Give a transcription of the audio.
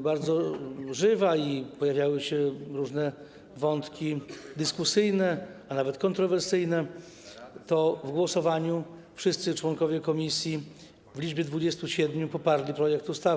bardzo żywa i pojawiały się różne wątki dyskusyjne, a nawet kontrowersyjne, to w głosowaniu wszyscy członkowie komisji w liczbie 27 poparli projekt ustawy.